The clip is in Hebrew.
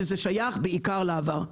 וזה שייך בעיקר לעבר.